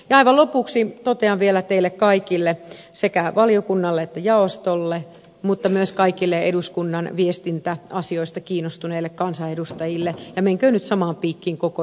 aivan lopuksi totean vielä teille kaikille sekä valiokunnalle että jaostolle mutta myös kaikille eduskunnan viestintäasioista kiinnostuneille kansanedustajille ja menköön nyt samaan piikkiin koko eduskunnallekin